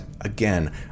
again